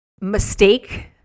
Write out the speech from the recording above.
mistake